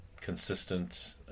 consistent